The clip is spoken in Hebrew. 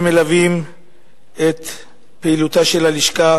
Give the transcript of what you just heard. ומלווים את פעילותה של הלשכה